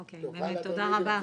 אוקיי, תודה רבה.